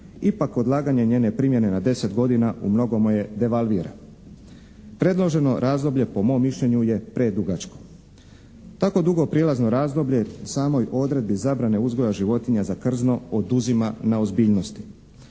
ipak odlaganje njene primjene na 10 godina u mnogome je devalvira. Predloženo razdoblje po mom mišljenju je predugačko. tako dugo prijelazno razdoblje u samoj odredbi zabrane uzgoja životinja za krzno oduzima na ozbiljnosti.